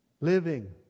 living